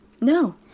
No